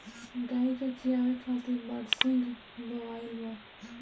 गाई के खियावे खातिर बरसिंग बोआइल बा